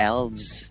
Elves